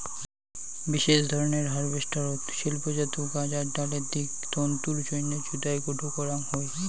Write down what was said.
বিশেষ ধরনের হারভেস্টারত শিল্পজাত গাঁজার ডালের দিক তন্তুর জইন্যে জুদায় গোটো করাং হই